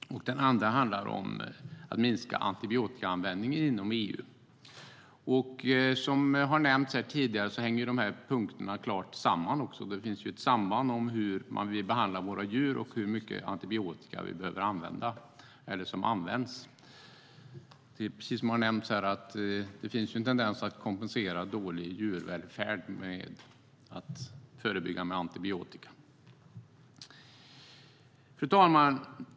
Det andra handlar om minskad antibiotikaanvändning inom EU. Som tidigare har nämnts hänger dessa punkter samman. Det finns ett samband mellan hur man behandlar sina djur och hur mycket antibiotika som används. Det finns ju en tendens att kompensera dålig djurvälfärd med antibiotika. Fru talman!